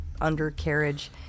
undercarriage